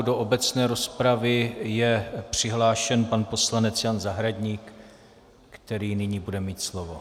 Do obecné rozpravy je přihlášen pan poslanec Jan Zahradník, který nyní bude mít slovo.